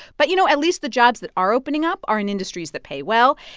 but, you know, at least the jobs that are opening up are in industries that pay well.